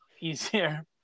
easier